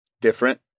different